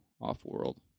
off-world